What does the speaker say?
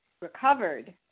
recovered